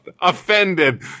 offended